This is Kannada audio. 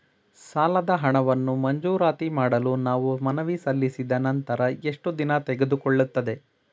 ಸಾಲದ ಹಣವನ್ನು ಮಂಜೂರಾತಿ ಮಾಡಲು ನಾವು ಮನವಿ ಸಲ್ಲಿಸಿದ ನಂತರ ಎಷ್ಟು ದಿನ ತೆಗೆದುಕೊಳ್ಳುತ್ತದೆ?